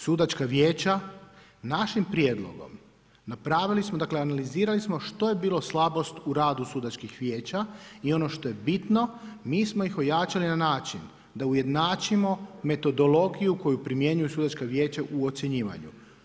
Sudačka vijeća našim prijedlogom, napravili smo, dakle analizirali smo što je bila slabost u radu sudačkih vijeća i ono što je bitno mi smo ih ojačali na način da ujednačimo metodologiju koju primjenjuju sudačka vijeća u ocjenjivanju.